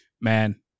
man